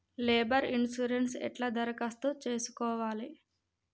Labour insurance ఎట్ల దరఖాస్తు చేసుకోవాలే?